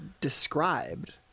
described